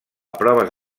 proves